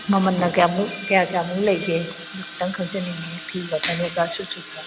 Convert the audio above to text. ꯃꯃꯜꯅ ꯀꯌꯥꯃꯨꯛ ꯀꯌꯥ ꯀꯌꯥꯃꯨꯛ ꯂꯩꯒꯦ ꯑꯗꯨ ꯈꯤꯇꯪ ꯈꯪꯖꯅꯤꯡꯏ ꯐꯤꯒ ꯐꯅꯦꯛꯀ ꯁꯨꯠ ꯁꯨꯠꯇ